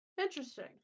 Interesting